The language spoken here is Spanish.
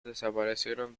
desaparecieron